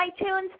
iTunes